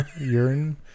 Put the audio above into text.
Urine